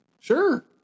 sure